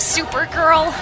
Supergirl